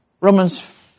Romans